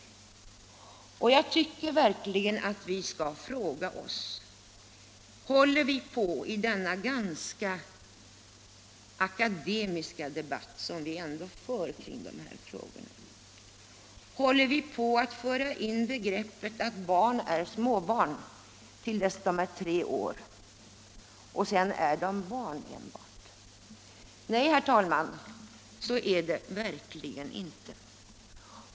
Jag tycker verkligen att vi skall fråga oss: Håller vi i den ganska akademiska debatt vi för kring dessa frågor på att föra in begreppet att barn är småbarn till dess de är tre år och sedan är de enbart barn? Så är det verkligen inte, herr talman.